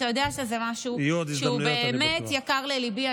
אתה יודע שזה משהו שהוא באמת יקר לליבי.